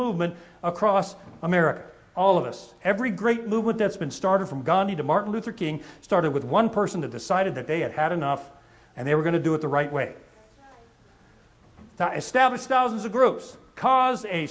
movement across america all of us every great movement that's been started from gandhi to martin luther king started with one person who decided that they had had enough and they were going to do it the right way to establish thousands of groups cause a